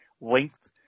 length